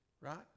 right